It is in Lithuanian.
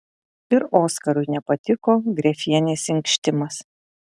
ir oskarui nepatiko grefienės inkštimas